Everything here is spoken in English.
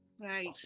right